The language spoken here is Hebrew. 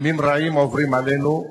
ימים רעים עוברים עלינו,